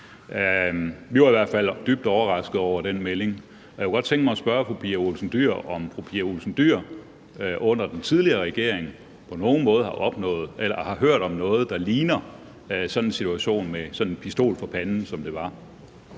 Vi var i hvert fald dybt overraskede over den melding. Jeg kunne godt tænke mig at spørge fru Pia Olsen Dyhr, om fru Pia Olsen Dyhr under den tidligere regering på nogen måde har hørt om noget, der ligner sådan en situation med en pistol for panden, som det var.